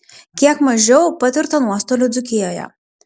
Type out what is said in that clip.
kiek mažiau patirta nuostolių dzūkijoje